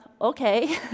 okay